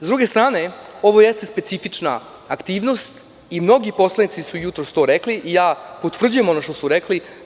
Sa druge strane, ovo jeste specifična aktivnost i mnogi poslanici su jutros to rekli i ja potvrđujem ono što su rekli.